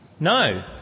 No